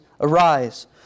arise